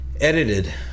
edited